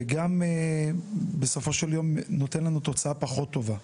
וגם בסופו של יום נותן לנו תוצאה פחות טובה.